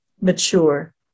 mature